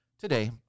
Today